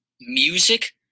music